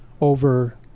over